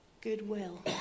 goodwill